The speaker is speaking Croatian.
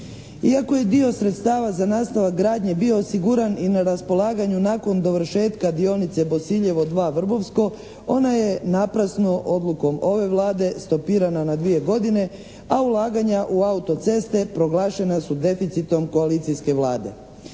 Iako je dio sredstava za nastavak gradnje bio osiguran i na raspolaganju nakon dovršetka dionice Bosiljevo II – Vrbovsko, ona je naprasno odlukom ove Vlade stopirana na 2 godine a ulaganju u auto-ceste proglašena su deficitom policijske Vlade.